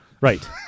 Right